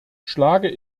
schlage